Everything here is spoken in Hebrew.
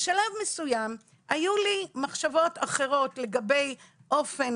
בשלב מסוים היו לי מחשבות אחרות לגבי האופן